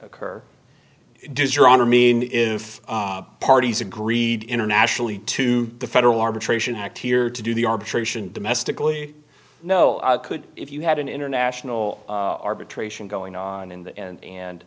occur does your honor mean if parties agreed internationally to the federal arbitration act here to do the arbitration domestically no could if you had an international arbitration going on in the end